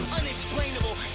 unexplainable